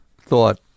thought